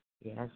Yes